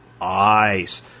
ice